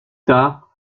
tard